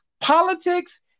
Politics